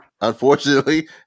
unfortunately